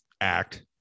act